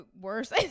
worse